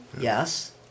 Yes